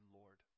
Lord